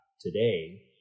today